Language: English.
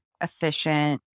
efficient